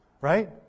Right